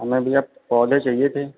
हमें भैया पौधे चाहिए थे